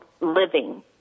living